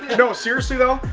no seriously though,